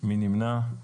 מי נמנע?